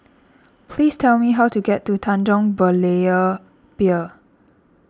please tell me how to get to Tanjong Berlayer Pier